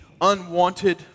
unwanted